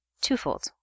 twofold